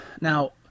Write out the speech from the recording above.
now